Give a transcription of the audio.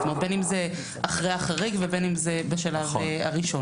בין אם זה אחרי החריג ובין אם זה בשלב הראשון.